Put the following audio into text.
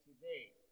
today